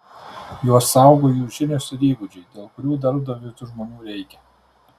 juos saugo jų žinios ir įgūdžiai dėl kurių darbdaviui tų žmonių reikia